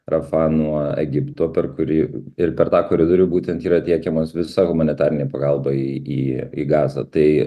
rafa nuo egipto per kurį ir per tą koridorių būtent yra tiekiamas visa humanitarinė pagalba į į į gazą tai